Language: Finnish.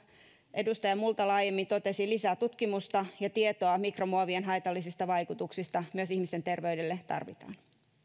edustaja multala aiemmin totesi lisää tutkimusta ja tietoa mikromuovien haitallisista vaikutuksista myös ihmisten terveydelle tarvitaan